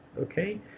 Okay